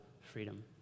freedom